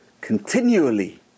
continually